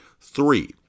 Three